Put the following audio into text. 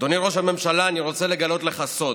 אדוני ראש הממשלה, אני רוצה לגלות לך סוד: